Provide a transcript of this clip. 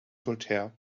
voltaire